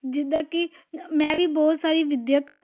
ਜਿੱਦਾਂ ਕਿ ਮੈਂ ਵੀ ਬਹੁਤ ਸਾਰੀ ਵਿੱਦਿਅਕ